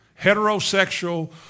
Heterosexual